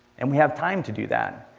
and we have time to do that.